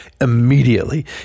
immediately